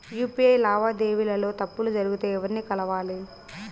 UPI లావాదేవీల లో తప్పులు జరిగితే ఎవర్ని కలవాలి?